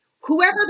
whoever